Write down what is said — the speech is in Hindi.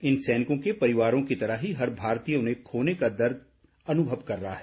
इन सैनिकों के परिवारों की तरह ही हर भारतीय उन्हें खोने का दर्द का अनुभव कर रहा है